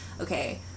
okay